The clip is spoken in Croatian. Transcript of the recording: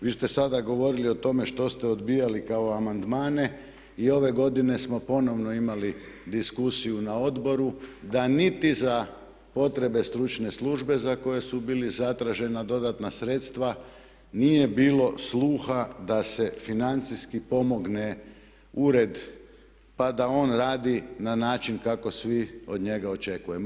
Vi ste sada govorili o tome što ste odbijali kao amandmane, i ove godine smo ponovno imali diskusiju na odboru, da niti za potrebe stručne službe za koje su bili zatražena dodatna sredstva nije bilo sluha da se financijski pomogne ured pa da on radi na način kako svi od njega očekujemo.